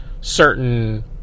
certain